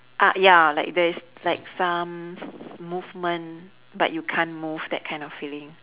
ah ya like this like some s~ movement but you can't move that kind of feeling